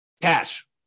Cash